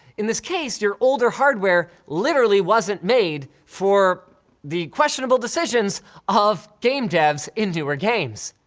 in this case, your older hardware literally wasn't made for the questionable decisions of game devs in newer games.